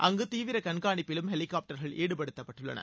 அங்கு தீவிர கண்காணிப்பிலும் ஹெலிகாப்டர்கள் ஈடுபடுத்தப்பட்டுள்ளன